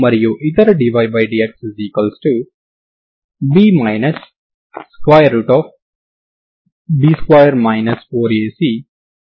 మీరు ఎక్కడైతే ప్రాథమిక సమాచారం t 0 ని అందించారో అక్కడ ఇది మాత్రమే సరిహద్దు అవుతుంది